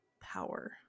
power